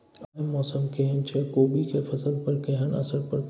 आय मौसम केहन छै कोबी के फसल पर केहन असर परतै?